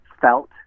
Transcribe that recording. felt